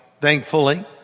thankfully